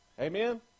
Amen